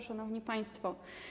Szanowni Państwo!